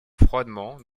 froidement